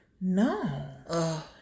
No